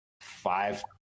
five